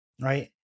right